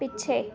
ਪਿੱਛੇ